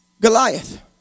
Goliath